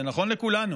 זה נכון לכולנו,